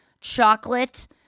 chocolate